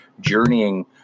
journeying